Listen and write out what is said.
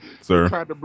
sir